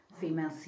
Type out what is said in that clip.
female